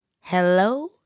Hello